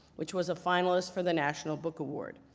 which was a finalist for the national book award.